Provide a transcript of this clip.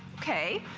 okay,